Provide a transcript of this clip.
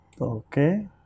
okay